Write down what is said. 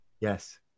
Yes